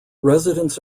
residents